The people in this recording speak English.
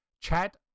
Chad